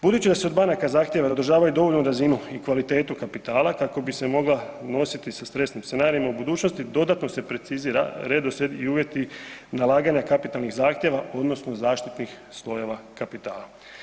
Budući da se od banaka zahtjeva da održavaju dovoljnu razinu i kvalitetu kapitala kako bi se mogla nositi sa stresnim scenarijima u budućnosti, dodatno se precizira redoslijed i uvjeti nalaganja kapitalnih zahtjeva odnosno zaštitnih slojeva kapitala.